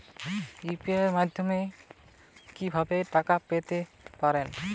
UPI মাধ্যমে কি ভাবে টাকা পেতে পারেন?